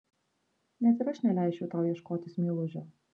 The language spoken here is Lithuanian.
net ir aš neleisčiau tau ieškotis meilužio